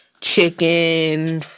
chicken